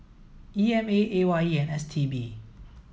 E M A A Y E and S T B